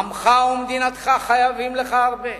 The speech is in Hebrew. עמך ומדינתך חייבים לך הרבה.